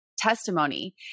testimony